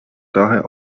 daher